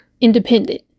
independent